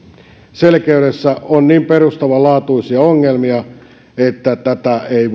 selkeydessä on niin perustavanlaatuisia ongelmia että tätä ei